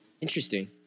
Interesting